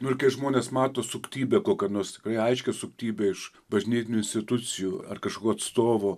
nu ir kai žmonės mato suktybę kokią nors tikrai aiškią suktybę iš bažnytinių institucijų ar kažkok atstovų